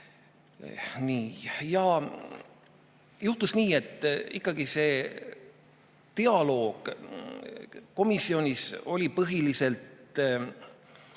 Traks. Juhtus nii, et ikkagi see dialoog komisjonis oli põhiliselt